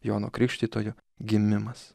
jono krikštytojo gimimas